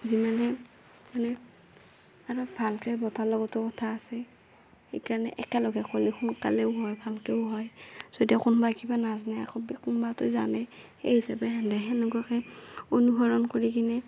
যিমানে মানে অলপ ভালকে বটাৰ লগতো কথা আছে সেইকাৰণে একেলগে কৰলি সোনকালেও হয় ভালকেও হয় যদি কোনোবাই কিবা নাজনে আকৌ কোনোবা এটাই জানে সেই হিচাপে সেনে সেনেকুৱাকে অনুসৰণ কৰি কিনে